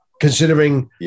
Considering